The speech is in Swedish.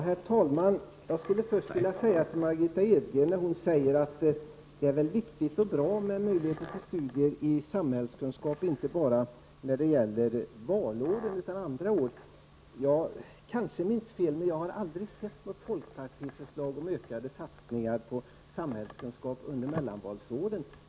Herr talman! Jag vill först säga följande till Margitta Edgren. Hon säger att det är viktigt och bra med möjlighet till studier i samhällskunskap inte bara under valår utan också under andra år. Jag kanske missminner mig, men jag har aldrig sett något folkpartiförslag om ökade satsningar på samhällskunskap under åren mellan valen.